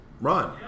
run